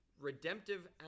redemptive